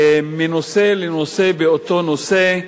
מנושא לנושא באותו נושא,